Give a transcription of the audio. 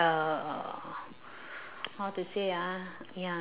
uh how to say ah ya